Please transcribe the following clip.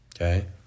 Okay